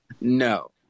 no